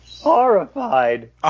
Horrified